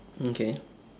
okay